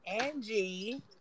Angie